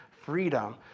freedom